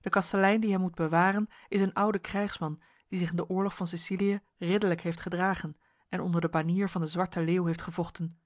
de kastelein die hem moet bewaren is een oude krijgsman die zich in de oorlog van sicilië ridderlijk heeft gedragen en onder de banier van de zwarte leeuw heeft gevochten